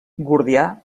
gordià